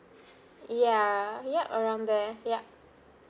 ya ya around there yup